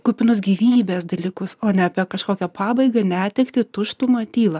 kupinus gyvybės dalykus o ne apie kažkokią pabaigą netektį tuštumą tylą